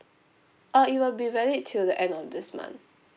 uh it will be valid till the end of this month